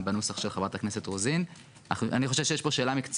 לטענות של חבר הכנסת משה גפני שכבר לא פה.